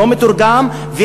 לא מתורגם,